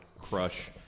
crush